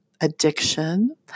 addiction